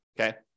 okay